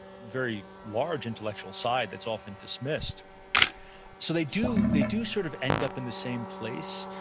very large intellectual side that's often dismissed so they do they do sort of end up in the same place,